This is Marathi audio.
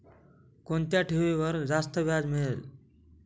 कोणत्या ठेवीवर जास्त व्याज मिळेल?